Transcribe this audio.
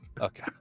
Okay